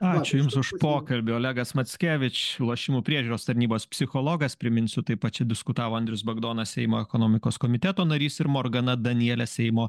ačiū jums už pokalbį olegas mackevič lošimų priežiūros tarnybos psichologas priminsiu taip pat čia diskutavo andrius bagdonas seimo ekonomikos komiteto narys ir morgana danielė seimo